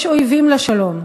יש אויבים לשלום,